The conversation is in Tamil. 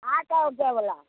ஆட்டோவுக்கு எவ்வளோ